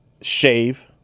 shave